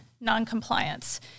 noncompliance